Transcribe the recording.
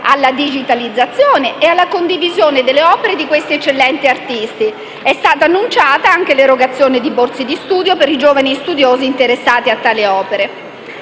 alla digitalizzazione e alla condivisione delle opere di questi eccellenti artisti. È stata annunciata anche l'erogazione di borse di studio per i giovani studiosi interessati a tali opere.